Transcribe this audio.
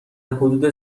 حدود